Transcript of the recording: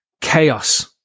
chaos